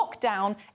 lockdown